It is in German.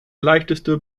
leichteste